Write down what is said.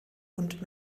und